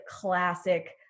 classic